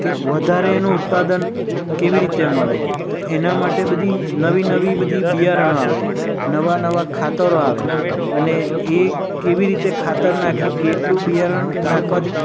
કે વધારે એનું ઉત્પાદન કેવી રીતે મળે તો એના માટે બધી નવી નવી બધી બિયારણ આવે નવા નવા ખાતરો આવે અને એ કેવી રીતે ખાતર નાખે કેટલું બિયારણ નાખવાથી